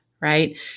right